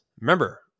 remember